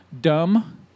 Dumb